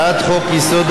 וביקש שיקבלו יחס טוב.